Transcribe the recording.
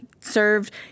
served